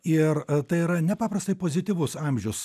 ir tai yra nepaprastai pozityvus amžius